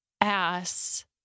ass